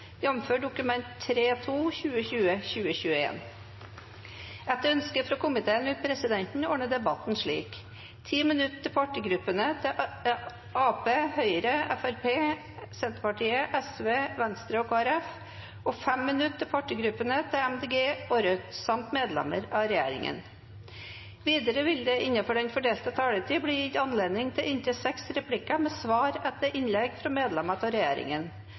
vil presidenten ordne debatten slik: 10 minutter til partigruppene til Arbeiderpartiet, Høyre, Fremskrittspartiet, Senterpartiet, Sosialistisk Venstreparti, Venstre og Kristelig Folkeparti, og 5 minutter til partigruppene til Miljøpartiet De Grønne og Rødt samt medlemmer av regjeringen. Videre vil det – innenfor den fordelte taletid – bli gitt anledning til inntil seks replikker med svar etter innlegg fra medlemmer av regjeringen,